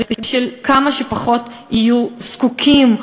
כדי שכמה שפחות יהיו זקוקים,